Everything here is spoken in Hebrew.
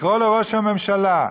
לקרוא לראש הממשלה,